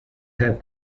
have